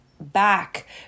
back